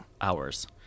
hours